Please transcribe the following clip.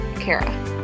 Kara